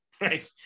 right